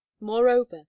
moreover